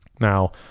Now